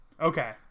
Okay